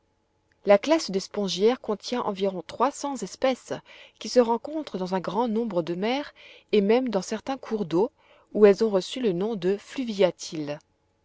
la classe des spongiaires contient environ trois cents espèces qui se rencontrent dans un grand nombre de mers et même dans certains cours d'eau où elles ont reçu le nom de